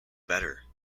better